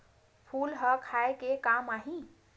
फूल ह खाये के काम आही?